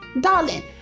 darling